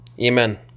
Amen